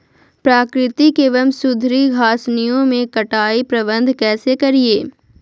प्राकृतिक एवं सुधरी घासनियों में कटाई प्रबन्ध कैसे करीये?